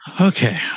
Okay